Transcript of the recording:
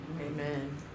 Amen